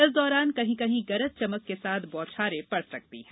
इस दौरान कहीं कहीं गरज चमक के साथ बौछारें पड़ सकती हैं